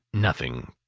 nothing.